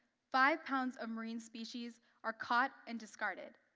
five pounds of marine species are caught and discarded.